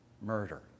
Murder